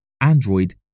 Android